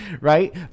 Right